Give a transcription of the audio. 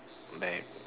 like